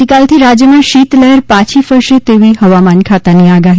આવતીકાલથી રાજ્યમાં શીત લહેર પાછી ફરશે તેવી હવામાન ખાતાની આગાહી